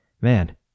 man